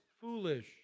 foolish